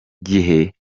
gihe